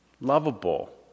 lovable